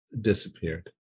disappeared